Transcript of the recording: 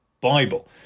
bible